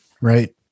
Right